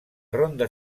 ronda